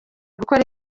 gukora